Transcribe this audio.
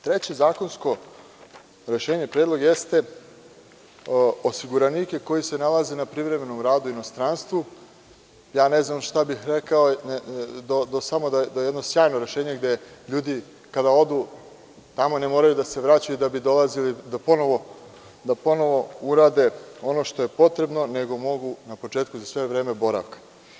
Treće zakonsko rešenje, predlog, jeste osiguranike koji se nalaze na privremenom radu u inostranstvu, ja ne znam šta bih rekao, do samo da je jedno sjajno rešenje, gde ljudi kad odu tamo ne moraju da se vraćaju da bi dolazili da ponovo urade ono što je potrebno, nego mogu na početku za sve vreme boravka.